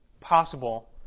possible